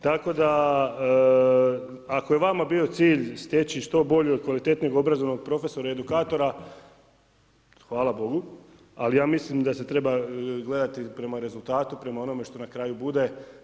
Tako da ako je vama bio cilj stječi što boljeg i kvalitetnijeg obrazovnog profesora i edukatora hvala Bogu ali ja mislim da se treba gledati i prema rezultatu i prema onome što na kraju bude.